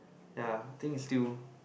ya I think it's still